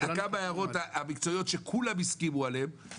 יש כמה הערות מקצועיות שכולם הסכימו עליהן,